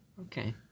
Okay